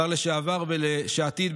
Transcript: השר לשעבר ולשעתיד,